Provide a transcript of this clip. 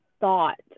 thought